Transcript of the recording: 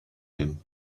him